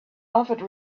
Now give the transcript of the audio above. offered